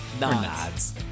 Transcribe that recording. nods